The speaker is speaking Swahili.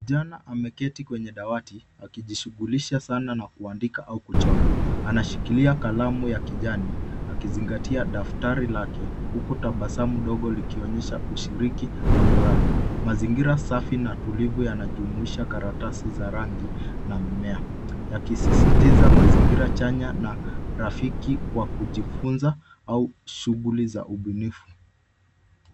Kijana ameketi kwenye dawati akijishughulisha sana na kuandika au kuchora. Anashikilia kalamu ya kijani, akizingatia daftari lake, huku tabasamu ndogo likonyesha ushiriki na furaha. Mazingira safi na tulivu yanajumuisha karatasi za rangi na mmea; yakisisitiza mazingira chanya na rafiki wa kujifunza au shughuli za ubunifu.